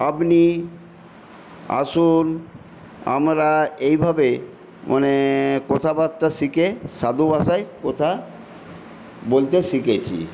আপনি আসুন আমরা এইভাবে মানে কথাবার্তা শিখে সাধু ভাষায় কথা বলতে শিখেছি